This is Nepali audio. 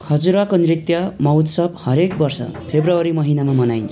खजुराको नृत्य महोत्सव हरेक वर्ष फेब्रुअरी महिनामा मनाइन्छ